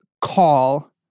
call